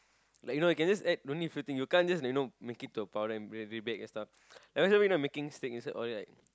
like you know you can just add no need a few thing you can't just you know make it into a powder and really bake and stuff making steak all this is like